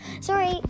sorry